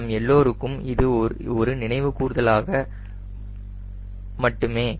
நம் எல்லோருக்கும் இது ஒரு நினைவு கூர்தலாக மட்டுமே